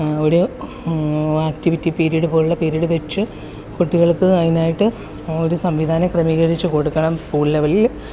ഒരു ആക്ടിവിറ്റി പോലുള്ള പീരീഡ് വച്ച് കുട്ടികൾക്ക് അതിനായിട്ട് ഒരു സംവിധാനം ക്രമീകരിച്ച് കൊടുക്കണം സ്കൂൾ ലെവലിൽ